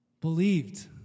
believed